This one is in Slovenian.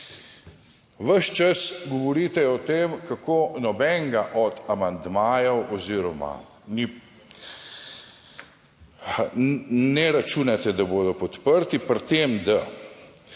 Ves čas govorite o tem, kako nobenega od amandmajev oziroma ni, ne računate, da bodo podprti, pri tem, da,